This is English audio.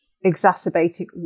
exacerbating